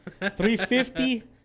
350